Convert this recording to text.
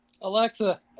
Alexa